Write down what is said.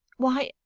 why,